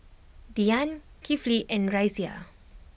Dian Kifli and Raisya